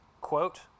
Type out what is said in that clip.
quote